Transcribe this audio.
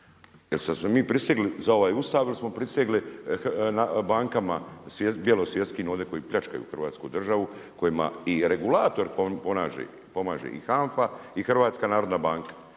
Jesmo li mi prisegli za ovaj Ustav ili smo prisegli bankama bjelosvjetskim ovdje koje pljačkaju Hrvatsku državu kojima i regulator pomaže i HNAFA-a i HNB. Jer HNB